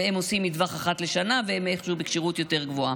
והם עושים מטווח אחת לשנה והם איכשהו בכשירות יותר גבוהה,